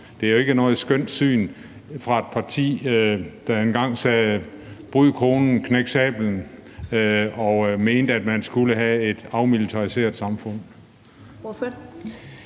Det er jo ikke noget skønt syn at se fra et parti, der engang sagde: »Knæk sablen! Bryd kronen!« Det var, dengang man mente, at man skulle have et afmilitariseret samfund.